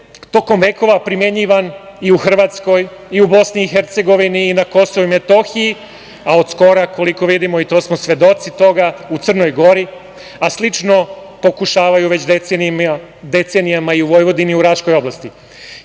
tokom vekova primenjivan i u Hrvatskoj i u Bosni i Hercegovini i na Kosovu i Metohiji, a od skora, koliko vidimo i svedoci smo toga, u Crnoj Gori, a slično pokušavaju već decenijama i u Vojvodini i u Raškoj oblasti. Zbog